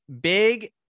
Big